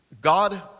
God